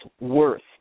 worth